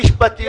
מיקי,